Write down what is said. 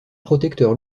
protecteur